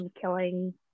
killing